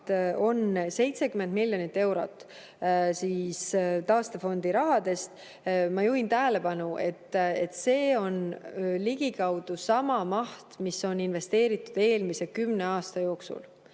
on 70 miljonit eurot taastefondi rahast. Ma juhin tähelepanu, et see on ligikaudu sama maht, mis on investeeritud eelmise kümne aasta jooksul.